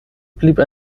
blieben